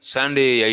Sunday